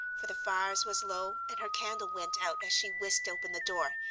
for the fires was low and her candle went out as she whisked open the door,